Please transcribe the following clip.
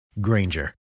Granger